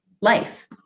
life